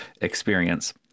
experience